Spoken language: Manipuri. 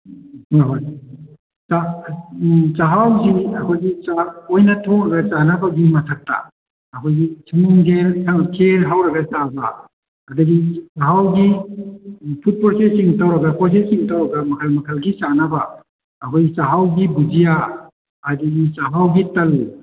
ꯍꯣꯏ ꯍꯣꯏ ꯆꯥꯛꯍꯥꯎꯁꯤ ꯑꯩꯈꯣꯏꯒꯤ ꯆꯥꯛ ꯑꯣꯏꯅ ꯊꯣꯡꯉꯒ ꯆꯥꯅꯕꯒꯤ ꯃꯊꯛꯇ ꯑꯩꯈꯣꯏꯒꯤ ꯁꯪꯒꯣꯝ ꯈ꯭ꯔꯦꯔ ꯑ ꯈ꯭ꯔꯦꯔ ꯍꯧꯔꯒ ꯆꯥꯕ ꯑꯗꯨꯕꯨ ꯆꯥꯛꯍꯥꯎꯒꯤ ꯐꯨꯗ ꯄ꯭ꯔꯣꯁꯦꯁꯤꯡ ꯇꯧꯔꯒ ꯄ꯭ꯔꯣꯁꯦꯁꯤꯡ ꯇꯧꯔꯒ ꯃꯈꯜ ꯃꯈꯜꯒꯤ ꯆꯥꯅꯕ ꯑꯩꯈꯣꯏꯒꯤ ꯆꯥꯛꯍꯥꯎꯒꯤ ꯕꯨꯖꯤꯌꯥ ꯑꯗꯨꯒ ꯆꯥꯛꯍꯥꯎꯒꯤ ꯇꯥꯟ